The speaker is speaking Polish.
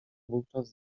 wówczas